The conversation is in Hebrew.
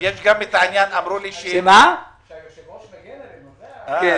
זה שהיושב-ראש מגן עלינו, זה העניין.